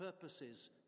purposes